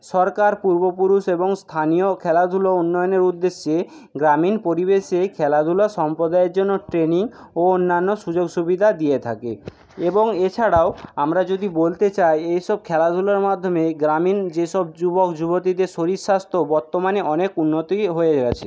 সরকার পূর্বপুরুষ এবং স্থানীয় খেলাধুলো উন্নয়নের উদ্দেশ্যে গ্রামীণ পরিবেশে খেলাধুলা সম্প্রদায়ের জন্য ট্রেনিং ও অন্যান্য সুযোগ সুবিধা দিয়ে থাকে এবং এছাড়াও আমরা যদি বলতে চাই এই সব খেলাধুলোর মাধ্যমে গ্রামীণ যেসব যুবক যুবতীদের শরীর স্বাস্থ্য বর্তমানে অনেক উন্নতি হয়ে গেছে